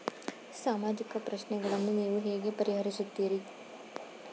ಸಾಮಾಜಿಕ ಪ್ರಶ್ನೆಗಳನ್ನು ನೀವು ಹೇಗೆ ಪರಿಹರಿಸುತ್ತೀರಿ?